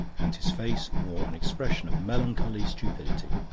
and his face wore an expression of melancholy stupidity.